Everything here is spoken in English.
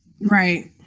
right